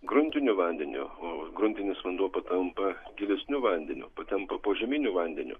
gruntiniu vandeniu o gruntinis vanduo patampa gilesniu vandeniu patampa požeminiu vandeniu